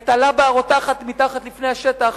את הלבה הרותחת מתחת לפני השטח,